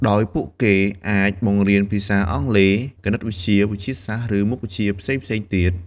ដោយពួកគេអាចបង្រៀនភាសាអង់គ្លេស គណិតវិទ្យា វិទ្យាសាស្ត្រ ឬមុខវិជ្ជាផ្សេងៗទៀត។